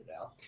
out